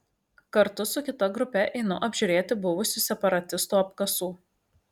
kartu su kita grupe einu apžiūrėti buvusių separatistų apkasų